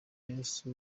yezu